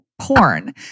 porn